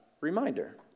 reminder